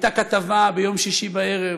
הייתה כתבה ביום שישי בערב